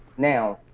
now,